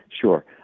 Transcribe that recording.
Sure